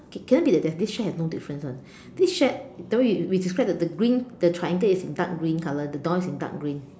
cannot be that this shed has no difference [one] this shed the way we describe the green the triangle is dark green color the door is dark green